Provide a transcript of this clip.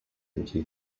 computer